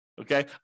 okay